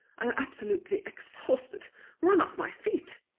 i am absolutely exhausted run off my feet!